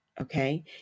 okay